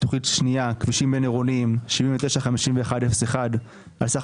תוכנית שנייה: כבישים בין-עירוניים 795101 על סך